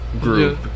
group